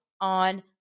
on